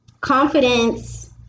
confidence